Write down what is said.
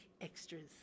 extras